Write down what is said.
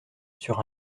sur